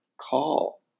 call